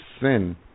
sin